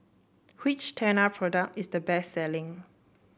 which Tena product is the best selling